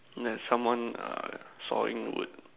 and then someone err sawing the wood